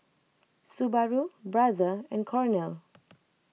Subaru Brother and Cornell